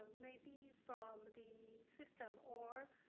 maybe from the system or